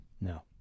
No